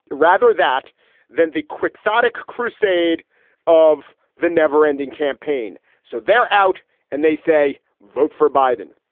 rather that than the quixotic crusade of the never ending campaign. so they're out and they say vote for biden.